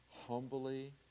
humbly